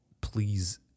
please